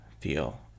feel